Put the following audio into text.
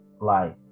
life